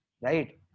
right